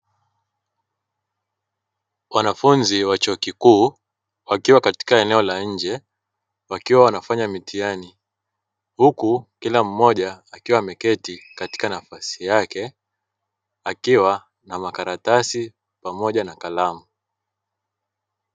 Wanafunzi wa chuo kikuu wakiwa katika eneo la nje, wakiwa wanafanya mitihani, huku kila mmoja akiwa ameketi katika nafasi yake, akiwa na makaratasi pamoja na kalamu.